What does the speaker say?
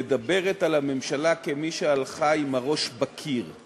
מדברת על הממשלה כמי שהלכה עם הראש בקיר.